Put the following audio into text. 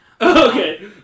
Okay